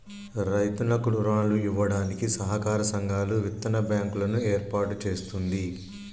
రైతులకు రుణాలు ఇవ్వడానికి సహకార సంఘాలు, విత్తన బ్యాంకు లను ఏర్పాటు చేస్తుంది